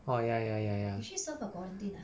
orh ya ya ya ya